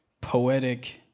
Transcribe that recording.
poetic